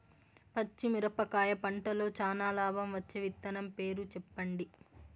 పచ్చిమిరపకాయ పంటలో చానా లాభం వచ్చే విత్తనం పేరు చెప్పండి?